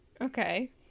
Okay